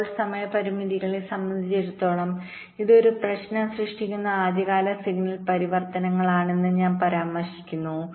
hold സമയ പരിമിതികളെ സംബന്ധിച്ചിടത്തോളം ഇത് ഒരു പ്രശ്നം സൃഷ്ടിക്കുന്ന ആദ്യകാല സിഗ്നൽ പരിവർത്തനങ്ങളാണെന്ന് ഞാൻ പരാമർശിക്കുന്നു